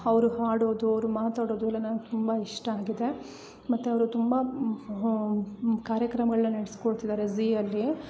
ಅವರು ಹಾಡೋದು ಅವರು ಮಾತಾಡೋದು ಎಲ್ಲ ನಂಗೆ ತುಂಬ ಇಷ್ಟ ಆಗಿದೆ ಮತ್ತು ಅವರು ತುಂಬ ಕಾರ್ಯಕ್ರಮಗಳನ್ನ ನಡೆಸಿಕೊಡ್ತಿದಾರೆ ಝೀಯಲ್ಲಿ